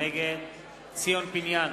נגד ציון פיניאן,